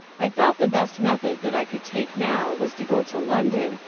i thought the best method that i could take now, was to go to london,